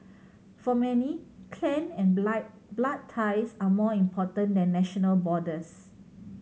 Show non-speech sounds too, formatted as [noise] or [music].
[noise] for many clan and [unintelligible] blood ties are more important than national borders